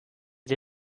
sie